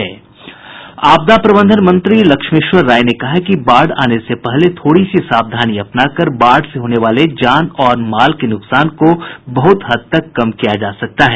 आपदा प्रबंधन मंत्री लक्ष्मेश्वर राय ने कहा कि बाढ़ आने के पहले थोड़ी सी सावधानी अपनाकर बाढ़ से होने वाले जान और माल के नूकसान को बहत हद तक कम किया जा सकता है